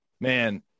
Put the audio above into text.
man